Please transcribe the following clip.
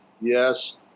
Yes